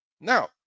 now